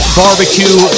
barbecue